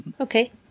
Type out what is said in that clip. Okay